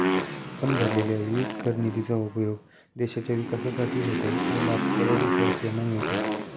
आपण भरलेल्या विविध कर निधीचा उपयोग देशाच्या विकासासाठी होतो व लाभ सर्व देशवासियांना मिळतो